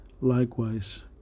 likewise